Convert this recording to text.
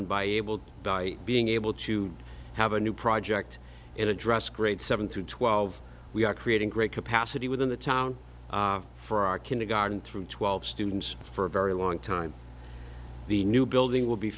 and by able by being able to have a new project and address grade seven through twelve we are creating great capacity within the town for our kindergarten through twelve students for a very long time the new building will be